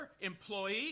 employee